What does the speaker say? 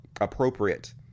appropriate